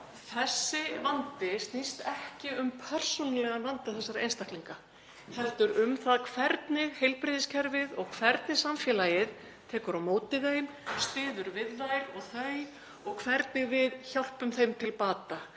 þessi vandi snýst ekki um persónulegan vanda þessara einstaklinga heldur um það hvernig heilbrigðiskerfið og samfélagið tekur á móti þeim, styður við þær og þau og hvernig við hjálpum þeim til bata.